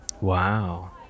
wow